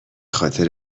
خاطر